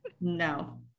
No